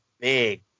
big